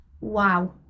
Wow